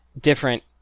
different